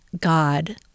God